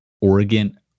oregon